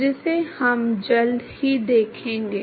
तो अब उनके मानक टेबल के लिए उपलब्ध हैं